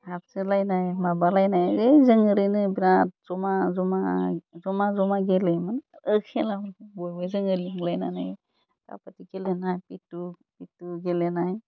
हाबसोलायनाय माबालायनाय होइ जों ओरैनो बिरात जमा जमा जमा जमा गेलेयोमोन खेला बयबो जोङो लेंलायनानै काबादि गेलेनाय जितु गेलेनाय